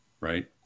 right